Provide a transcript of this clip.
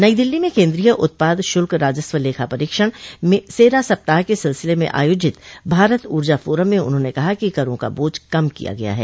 नई दिल्ली में केन्द्रीय उत्पाद शुल्क राजस्व लेखा परीक्षण सेरा सप्ताह के सिलसिले में आयोजित भारत ऊर्जा फोरम में उन्होंने कहा कि करों का बोझ कम किया गया है